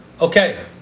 Okay